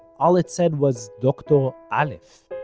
all it said was dr. alef,